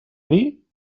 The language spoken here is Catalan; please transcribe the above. dir